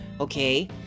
okay